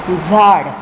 झाड